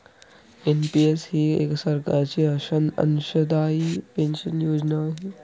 NPS ही सरकारची अंशदायी पेन्शन योजना आहे